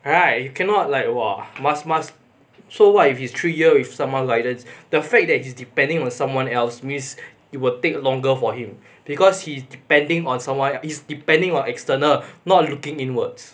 right cannot like !wah! must must so what if is three year with someone's guidance the fact that he's depending on someone else means it will take longer for him because he's depending on someone he's depending on external not looking inwards